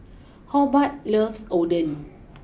Hobart loves Oden